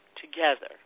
together